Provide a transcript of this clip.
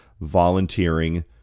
volunteering